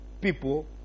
people